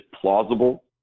plausible